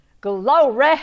glory